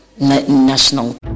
national